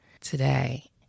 today